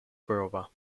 prova